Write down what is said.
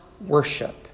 worship